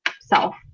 self